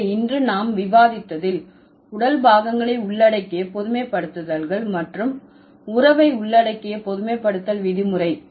எனவே இன்று நாம் விவாதித்ததில் உடல் பாகங்களை உள்ளடக்கிய பொதுமைப்படுத்துதல்கள் மற்றும் உறவை உள்ளடக்கிய பொதுமைப்படுத்தல் விதிமுறை